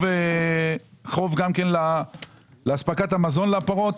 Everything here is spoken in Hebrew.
חוב לאספקת המזון לפרות.